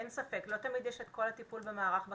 אין ספק, לא תמיד יש את כל הטיפול במערך בקהילה.